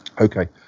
okay